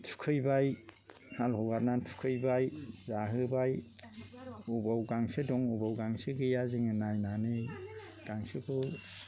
थुखैबाय हाल हगारनानै थुखैबाय जाहोबाय अबाव गांसो दं बबेयाव गांसो गैया जोङो नायनानै गांसोखौ